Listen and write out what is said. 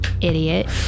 Idiot